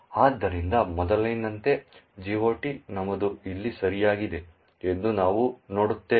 ಆದ್ದರಿಂದ ಮೊದಲಿನಂತೆ GOT ನಮೂದು ಇಲ್ಲಿ ಸರಿಯಾಗಿದೆ ಎಂದು ನಾವು ನೋಡುತ್ತೇವೆ